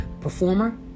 performer